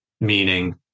meaning